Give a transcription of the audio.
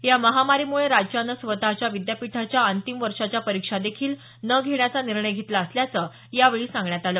या महामारीमुळे राज्यानं स्वतःच्या विद्यापीठाच्या अंतिम वर्षाच्या परीक्षादेखील न घेण्याचा निर्णय घेतला असल्याचं यावेळी सांगितलं